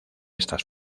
estas